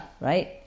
right